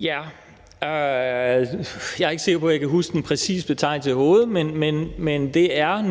Jeg er ikke sikker på, at jeg kan huske den præcise betegnelse i hovedet, men det er,